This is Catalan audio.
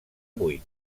buit